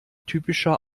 typischer